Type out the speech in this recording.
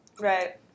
Right